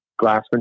Glassman